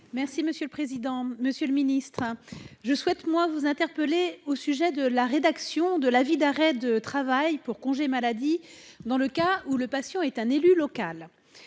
santé. Monsieur le secrétaire d'État, je souhaite vous interpeller au sujet de la rédaction de l'avis d'arrêt de travail pour congé maladie dans le cas où le patient est un élu local.